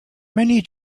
many